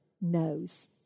knows